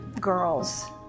girls